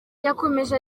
yakomeje